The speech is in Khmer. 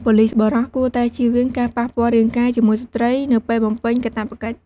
ប៉ូលិសបុរសគួរតែជៀសវាងការប៉ះពាល់រាងកាយជាមួយស្ត្រីនៅពេលបំពេញកាតព្វកិច្ច។